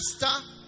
master